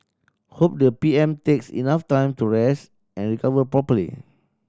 hope though the P M takes enough time to rest and recover properly